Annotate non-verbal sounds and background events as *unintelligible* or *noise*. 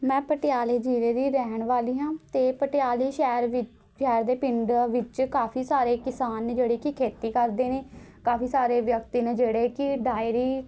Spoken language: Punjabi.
ਮੈਂ ਪਟਿਆਲੇ ਜ਼ਿਲ੍ਹੇ ਦੀ ਰਹਿਣ ਵਾਲੀ ਹਾਂ ਅਤੇ ਪਟਿਆਲੇ ਸ਼ਹਿਰ ਵਿੱਚ *unintelligible* ਦੇ ਪਿੰਡ ਵਿੱਚ ਕਾਫ਼ੀ ਸਾਰੇ ਕਿਸਾਨ ਨੇ ਜਿਹੜੇ ਕਿ ਖੇਤੀ ਕਰਦੇ ਨੇ ਕਾਫ਼ੀ ਸਾਰੇ ਵਿਅਕਤੀ ਨੇ ਜਿਹੜੇ ਕਿ ਡਾਏਰੀ